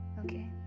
okay